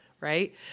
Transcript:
Right